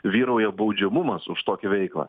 vyrauja baudžiamumas už tokią veiklą